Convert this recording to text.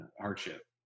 hardship